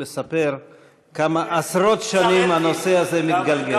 לספר כמה עשרות שנים הנושא הזה מתגלגל.